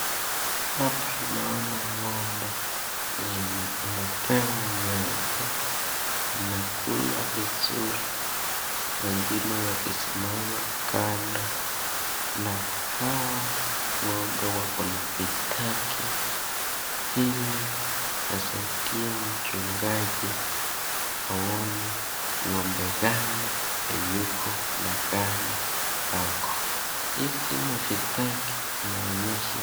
Hapa naona ng'ombe yenye imepewa nyasi. Inakula vizuri, wengine wakisimama kando na hawa ng'ombe wakona vitaki ili asaidie mchungaji aone ng'ombe gani hayuko na gani ako. Hizi mavitaki vinaonyesha.